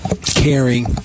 caring